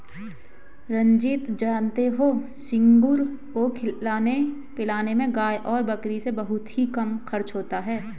रंजीत जानते हो झींगुर को खिलाने पिलाने में गाय और बकरी से बहुत ही कम खर्च होता है